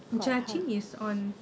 jia qing is on